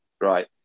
right